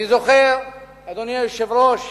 אני זוכר, אדוני היושב-ראש,